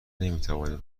نمیتوانیم